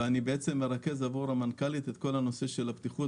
ואני בעצם מרכז עבור המנכ"לית את כל נושא הבטיחות